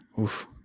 oof